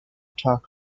talk